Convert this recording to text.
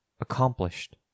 accomplished